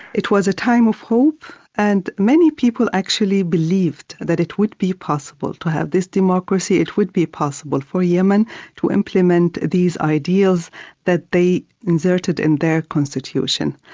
it was a time of hope and many people actually believed that it would be possible to have this democracy. it would be possible for yemen to implement these ideals that they inserted in their constitution.